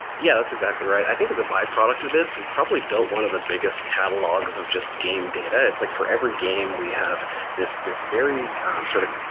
yeah, that's exactly right. i think is a byproduct to this, we've probably built one of the biggest catalogs of just game data. it's like for every game we have this this very sort of,